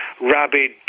rabid